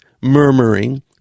murmuring